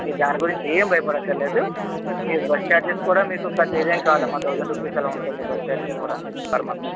మీరు దాని గురించి ఏం భయపడక్కర్లేదు మీరు బస్ చార్జెస్ కూడా మీకు పెద్ద ఇదేం కాదమ్మా తౌసండ్ రూపీస్ అలా ఉంటుంది బస్ చార్జెస్ కూడా పర్ మంత్